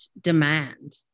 demand